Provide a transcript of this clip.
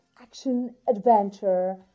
action-adventure